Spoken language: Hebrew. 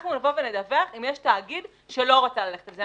אנחנו נבוא ונדווח אם יש תאגיד שלא רוצה ללכת על זה.